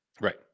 right